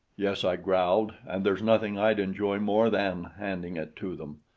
yes, i growled, and there's nothing i'd enjoy more than handing it to them!